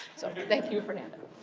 so thank you, fernando.